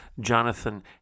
Jonathan